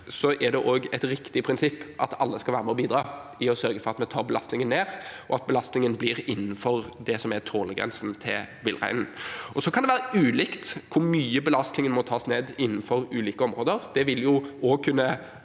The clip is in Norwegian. sum, er det et riktig prinsipp at alle skal være med og bidra til å sørge for at vi tar belastningen ned, og at belastningen blir innenfor det som er tålegrensen til villreinen. Det kan være ulikt hvor mye belastningen må tas ned innenfor ulike områder. Det vil jo kunne